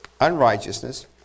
unrighteousness